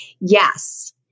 Yes